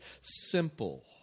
simple